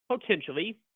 potentially